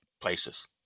places